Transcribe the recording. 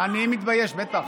אני מתבייש, בטח.